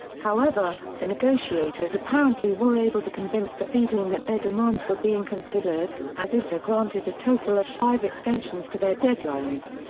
however, the negotiators apparently were able to convince the fedayeen that their demands were being considered, as issa granted a total of five extensions to their deadlines.